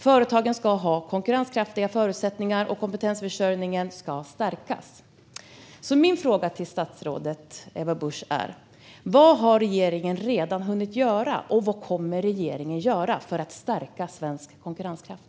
Företagen ska ha konkurrenskraftiga förutsättningar och kompetensförsörjningen ska stärkas. Min fråga till statsrådet Ebba Busch är vad regeringen redan hunnit göra och kommer att göra för att stärka svensk konkurrenskraft.